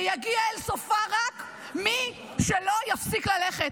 "ויגיע אל סופה רק מי שלא יפסיק ללכת".